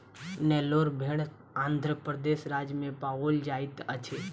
नेल्लोर भेड़ आंध्र प्रदेश राज्य में पाओल जाइत अछि